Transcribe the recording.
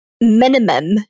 minimum